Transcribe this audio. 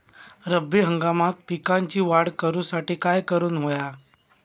रब्बी हंगामात पिकांची वाढ करूसाठी काय करून हव्या?